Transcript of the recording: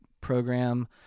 program